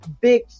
big